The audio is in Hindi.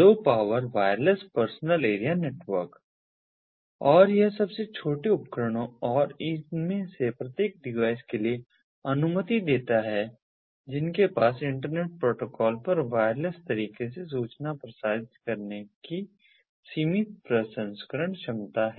लो power wireless personal area network और यह सबसे छोटे उपकरणों और इनमें से प्रत्येक डिवाइस के लिए अनुमति देता है जिनके पास इंटरनेट प्रोटोकॉल पर वायरलेस तरीके से सूचना प्रसारित करने की सीमित प्रसंस्करण क्षमता है